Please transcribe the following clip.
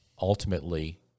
ultimately